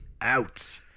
out